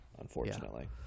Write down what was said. unfortunately